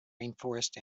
rainforest